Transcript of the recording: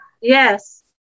Yes